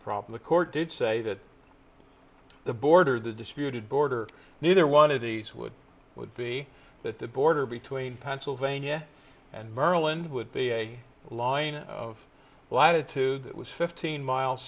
problem of court did say that the border the disputed border neither one of these would would be that the border between pennsylvania and maryland would be a line of latitude that was fifteen miles